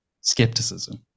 skepticism